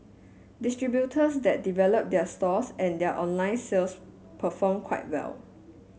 distributors that develop their stores and their online sales perform quite well